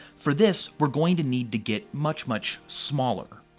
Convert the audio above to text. for this, we're going to need to get much, much smaller.